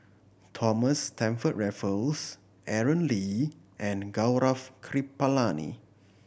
Thomas Stamford Raffles Aaron Lee and Gaurav Kripalani